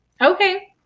Okay